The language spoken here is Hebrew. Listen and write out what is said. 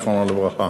זיכרונו לברכה,